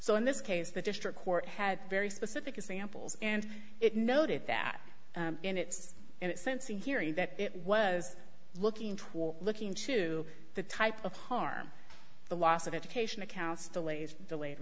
so in this case the district court had very specific examples and it noted that in its and it sense in hearing that it was looking toward looking into the type of harm the loss of education accounts delays delayed